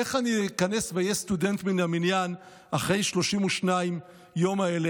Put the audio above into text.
איך אני איכנס ואהיה סטודנט מן המניין אחרי 32 הימים האלה,